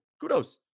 Kudos